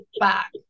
back